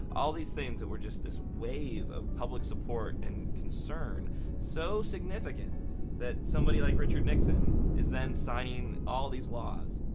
all these things that were just this wave of support and concern so significant that somebody like richard nixon is then signing all these laws.